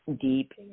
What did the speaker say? deep